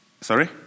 sorry